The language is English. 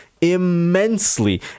immensely